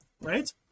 right